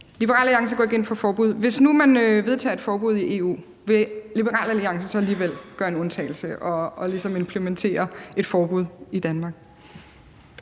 Liberal Alliance går ikke ind for forbud. Hvis nu man vedtager et forbud i EU, vil Liberal Alliance så alligevel gøre en undtagelse og ligesom være med til at implementere et forbud i Danmark?